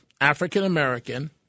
African-American